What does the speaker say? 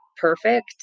perfect